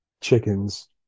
chickens